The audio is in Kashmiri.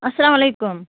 اسلام علیکُم